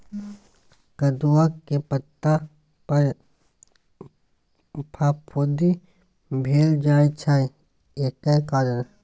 कदुआ के पता पर फफुंदी भेल जाय छै एकर कारण?